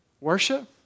worship